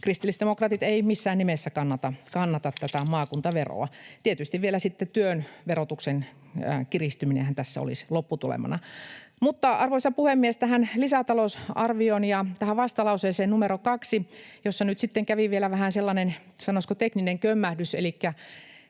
kristillisdemokraatit ei missään nimessä kannata tätä maakuntaveroa. Tietysti vielä sitten työn verotuksen kiristyminenhän tässä olisi lopputulemana. Arvoisa puhemies! Tähän lisätalousarvioon ja tähän vastalauseeseen numero 2, jossa nyt sitten kävi vielä vähän sellainen, sanoisiko, tekninen kömmähdys,